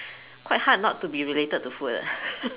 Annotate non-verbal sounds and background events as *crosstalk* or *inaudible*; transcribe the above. quite hard not to be related to food ah *laughs*